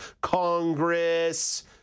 Congress